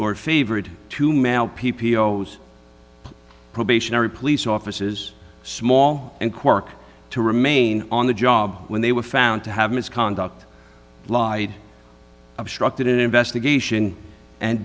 or favorite to male p p o s probationary police offices small and quirk to remain on the job when they were found to have misconduct lied obstructed an investigation and